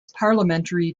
parliamentary